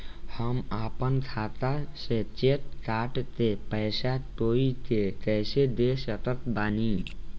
हम अपना खाता से चेक काट के पैसा कोई के कैसे दे सकत बानी?